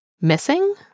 Missing